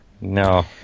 No